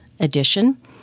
Edition